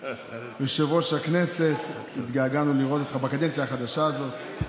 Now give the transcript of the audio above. מן הראוי והנורמטיבי שיהיה בתוך הליך כזה מקום לחרדים,